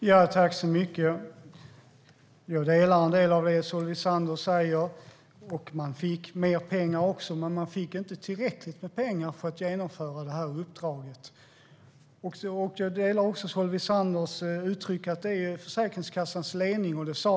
Herr talman! Jag instämmer i en del av det Solveig Zander säger. Man fick mer pengar. Men man fick inte tillräckligt med pengar för att genomföra uppdraget. Jag delar också det Solveig Zander uttrycker angående Försäkringskassans ledning.